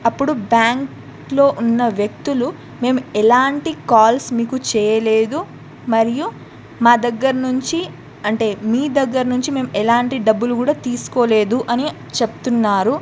అప్పుడు బ్యాంక్లో ఉన్న వ్యక్తులు మేము ఎలాంటి కాల్స్ మీకు చేయలేదు మరియు మా దగ్గర నుంచి అంటే మీ దగ్గర నుంచి మేము ఎలాంటి డబ్బులు కూడా తీసుకోలేదు అని చెప్తున్నారు